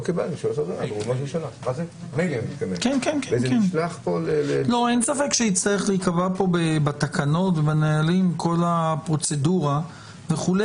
אין ספק שיצטרך להיקבע פה בתקנות ובנהלים כל הפרוצדורה וכו'.